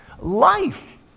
life